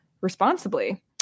responsibly